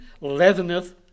leaveneth